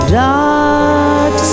dark